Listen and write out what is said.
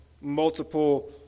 multiple